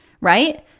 right